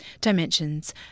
Dimensions